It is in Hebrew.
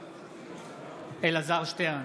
בעד אלעזר שטרן,